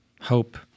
hope